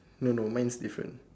no no mine's different